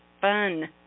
fun